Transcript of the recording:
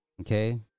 Okay